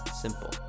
Simple